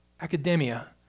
academia